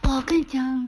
!whoa! 我跟你讲